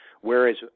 whereas